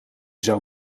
zou